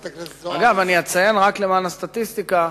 אגב, אני אציין, רק למען הסטטיסטיקה,